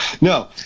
No